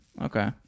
Okay